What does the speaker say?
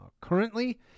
currently